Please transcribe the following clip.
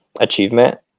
achievement